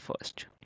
first